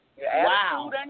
Wow